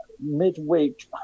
Midweek